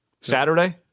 Saturday